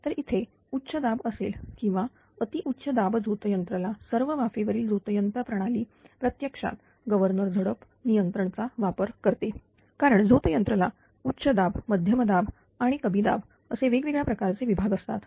तर इथे उच्च दाब असेल किंवा अतिउच्च दाब झोतयंत्र ला सर्व वाफेवरील झोत यंत्र प्रणाली प्रत्यक्षात गव्हर्नर झडप नियंत्रण चा वापर करते कारण झोतयंत्रला उच्च दाब मध्यम दाब आणि कमी दाब असे वेगवेगळ्या प्रकारचे विभाग असतात